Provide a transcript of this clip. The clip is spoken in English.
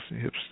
hips